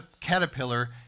caterpillar